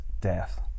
death